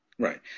Right